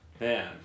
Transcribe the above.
Man